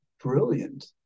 brilliant